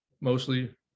Mostly